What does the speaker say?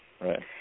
Right